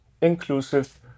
inclusive